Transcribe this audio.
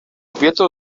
kobiety